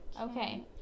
okay